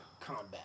combat